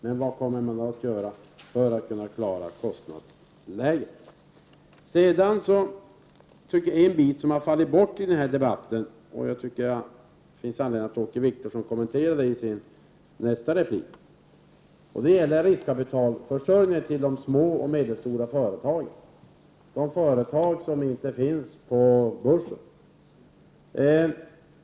Vad kommer socialdemokratin att göra för att klara kostnadsläget? En aspekt som fallit bort ur debatten och som det finns anledning att Åke Wictorsson kommenterar i sin nästa replik gäller frågan om riskkapitalförsörjning till de små och medelstora företagen, som inte finns noterade på börsen.